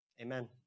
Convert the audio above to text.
amen